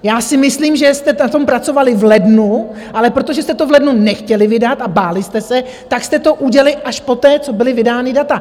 Já si myslím, že jste na tom pracovali v lednu, ale protože jste to v lednu nechtěli vydat a báli jste se, tak jste to udělali až poté, co byla vydána data.